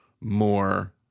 more